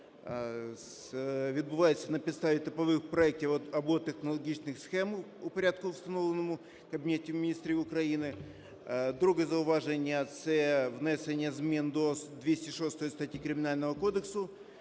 Друге зауваження. Це внесення змін до 206 статті Кримінального кодексу